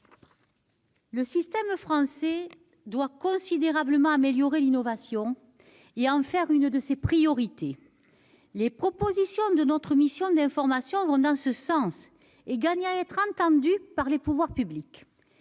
Le système français doit considérablement améliorer l'innovation et en faire l'une de ses priorités. Les propositions de la mission d'information vont dans ce sens et gagnent à être entendues par les pouvoirs publics.